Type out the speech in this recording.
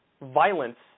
violence